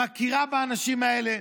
מכירה באנשים האלה,